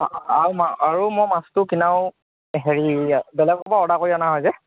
আৰু মই আৰু মই মাছটো কিনাও হেৰি এইয়া বেলেগৰ পৰা অৰ্ডাৰ কৰি অনা হয় যে